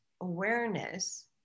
awareness